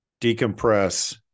decompress